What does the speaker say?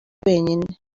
wenyine